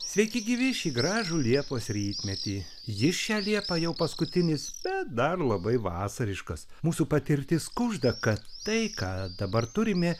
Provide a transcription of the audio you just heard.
sveiki gyvi šį gražų liepos rytmetį jis šią liepą jau paskutinis bet dar labai vasariškas mūsų patirtis kužda kad tai ką dabar turime